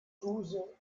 zuse